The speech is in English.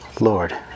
Lord